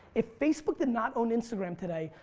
if facebook did not own instagram today,